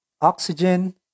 oxygen